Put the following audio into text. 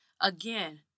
Again